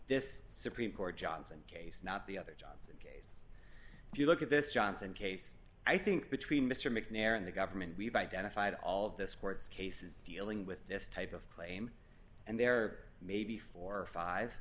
this supreme court johnson case not the other jobs if you look at this johnson case i think between mr mcnair and the government we've identified all of the sports cases dealing with this type of claim and there may be four or five